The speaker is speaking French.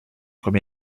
comme